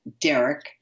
Derek